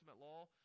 law